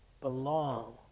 belong